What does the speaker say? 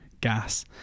gas